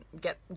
get